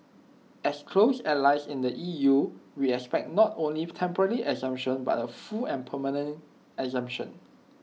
as close allies in the E U we expect not only temporarily exemption but A full and permanent exemption